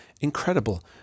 incredible